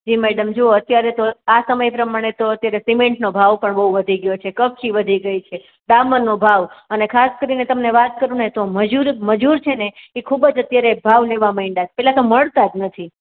જી madam જોવો અત્યારે તો આ સમય પ્રમાણે તો અત્યારે સિમેન્ટનો ભાવ પણ બહુ વધી ગયો છે કપચી વધી ગઈ છે ડામરનો ભાવ અને ખાસ કરીને તમને વાત કરું ને તો મજૂર મજૂર છે ને એ ખૂબ જ અત્યારે ભાવ લેવા માંડ્યા છે પહેલાં તો મળતા જ નથી